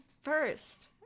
first